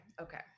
Okay